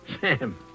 Sam